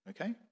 Okay